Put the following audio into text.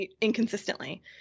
inconsistently